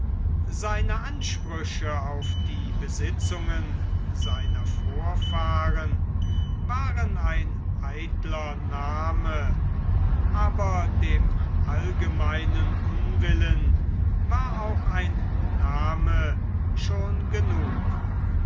seine ansprüche auf die besitzungen seiner vorfahren waren ein eitler name aber dem allgemeinen unwillen war auch ein name schon genug